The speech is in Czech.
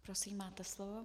Prosím, máte slovo.